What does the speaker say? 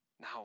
Now